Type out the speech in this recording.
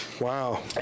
Wow